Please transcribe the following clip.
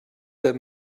have